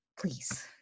please